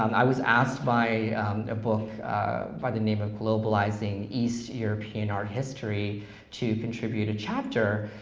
i was asked by a book by the name of globalizing east european art history to contribute a chapter,